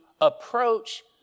approach